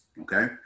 okay